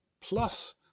plus